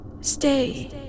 Stay